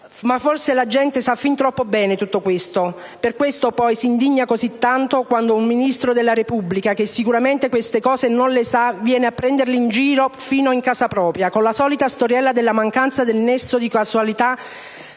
Ma forse la gente sa fin troppo bene tutto ciò, per questo poi si indigna così tanto quando un Ministro della Repubblica, che sicuramente queste cose non le sa, viene a prenderli in giro fino in casa propria con la solita storiella della mancanza del nesso di causalità